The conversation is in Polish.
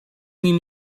nim